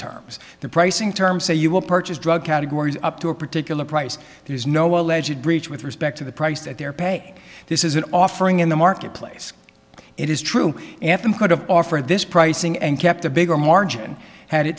terms the pricing terms say you will purchase drug categories up to a particular price there is no alleged breach with respect to the price at their pay this is an offering in the marketplace it is true anthem could have offered this pricing and kept a bigger margin had